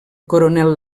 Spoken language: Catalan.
coronel